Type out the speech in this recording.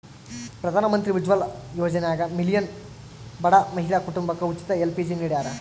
ಪ್ರಧಾನಮಂತ್ರಿ ಉಜ್ವಲ ಯೋಜನ್ಯಾಗ ಮಿಲಿಯನ್ ಬಡ ಮಹಿಳಾ ಕುಟುಂಬಕ ಉಚಿತ ಎಲ್.ಪಿ.ಜಿ ನಿಡ್ಯಾರ